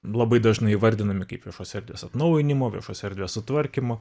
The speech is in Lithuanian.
labai dažnai įvardinami kaip viešos erdvės atnaujinimu viešos erdvės sutvarkymu